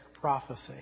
prophecy